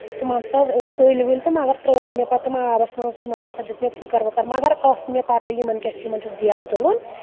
تِم ہسا ژٔلۍ ؤلۍ تہٕ مگر ترٛٲے مےٚ پَتہٕ تٕم آبَس منٛز تِمَن ہَسا دیُت مےٚ پھٔکر وٕکر مگر ٲس نہٕ مےٚ پَتہ یِمَن کیاہ چھُ یِمَن چھُ دؠل تُلُن